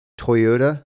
Toyota